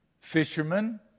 fishermen